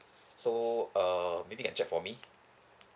so um maybe you can check for me